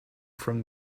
from